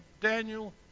Daniel